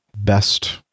best